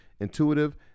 intuitive